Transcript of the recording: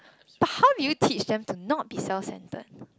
but how do you teach them to not be self centred